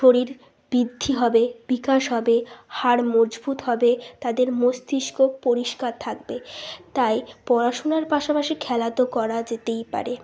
শরীর বৃদ্ধি হবে বিকাশ হবে হাড় মজবুত হবে তাদের মস্তিষ্ক পরিষ্কার থাকবে তাই পড়াশুনার পাশাপাশি খেলা তো করা যেতেই পারে